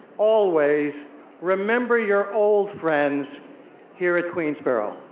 always remember your old friends here at queensborough.